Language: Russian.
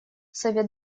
совет